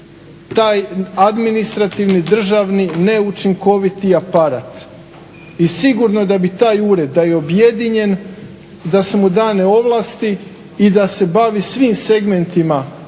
taj administrativni državni neučinkoviti aparat. I sigurno da bi taj ured da je objedinjen, da su mu dane ovlasti i da se bavi svim segmentima